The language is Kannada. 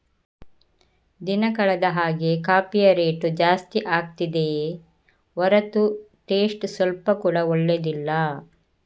ದಿನ ಕಳೆದ ಹಾಗೇ ಕಾಫಿಯ ರೇಟು ಜಾಸ್ತಿ ಆಗ್ತಿದೆಯೇ ಹೊರತು ಟೇಸ್ಟ್ ಸ್ವಲ್ಪ ಕೂಡಾ ಒಳ್ಳೇದಿಲ್ಲ